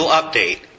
update